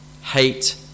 hate